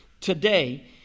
today